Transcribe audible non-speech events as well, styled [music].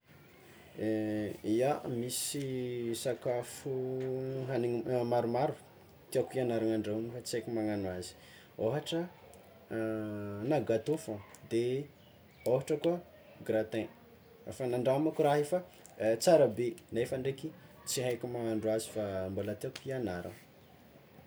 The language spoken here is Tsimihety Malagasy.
[hesitation] Ia misy sakafo hagniny maromaro tiàko handrahoagna fa tsy aiko magnagno azy, ôhatra [hesitation] na gatô fôgna de ôhatra koa gratin, efa nandramako raha io fa tsara be, nefany ndraiky tsy haiko mahandro fa mbola tiàko hiagnarana.